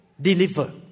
deliver